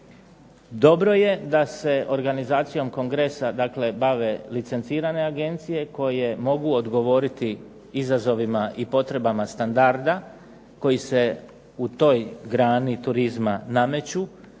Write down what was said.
Dobro je da se organizacijom kongresa dakle bave licencirane agencije koje mogu odgovoriti izazovima i potrebama standarda, koji se u toj grani turizma nameću,